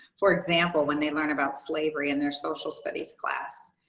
for example, when they learn about slavery in their social studies class.